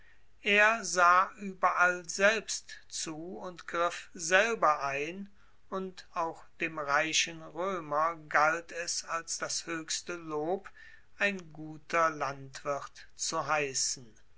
er sah ueberall selbst zu und griff selber ein und auch dem reichen roemer galt es als das hoechste lob ein guter landwirt zu heissen